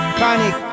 panic